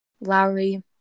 Lowry